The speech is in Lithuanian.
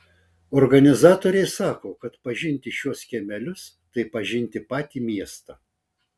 organizatoriai sako kad pažinti šiuos kiemelius tai pažinti patį miestą